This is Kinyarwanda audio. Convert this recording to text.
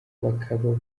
bakaba